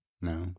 No